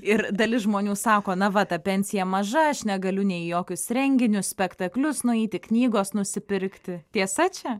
ir dalis žmonių sako na va ta pensija maža aš negaliu nei į jokius renginius spektaklius nueiti knygos nusipirkti tiesa čia